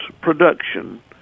production